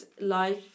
life